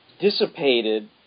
dissipated